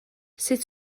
sut